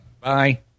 Bye